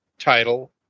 title